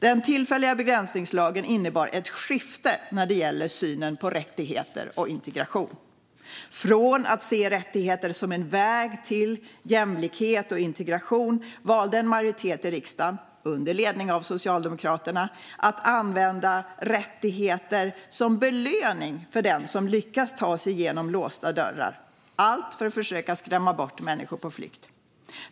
Den tillfälliga begränsningslagen innebar ett skifte när det gäller synen på rättigheter och integration. Från att se rättigheter som en väg till jämlikhet och integration valde en majoritet i riksdagen, under ledning av Socialdemokraterna, att använda rättigheter som belöning för den som lyckas ta sig igenom låsta dörrar - allt för att försöka skrämma bort människor på flykt.